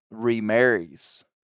remarries